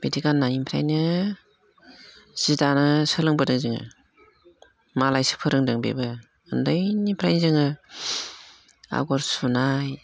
बेदि गाननायनिफ्रायनो जि दानो सोलोंबोदों जोङो मालायसो फोरोंदों बेबो उन्दैनिफ्रायनो जोङो आगर सुनाय